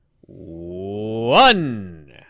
one